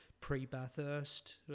pre-bathurst